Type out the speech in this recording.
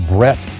Brett